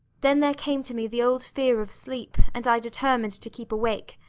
then there came to me the old fear of sleep, and i determined to keep awake.